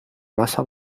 masa